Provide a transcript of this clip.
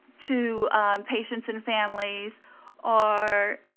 to patients and families are,